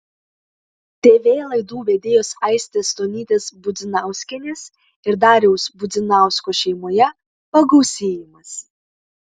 tv laidų vedėjos aistės stonytės budzinauskienės ir dariaus budzinausko šeimoje pagausėjimas